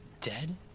dead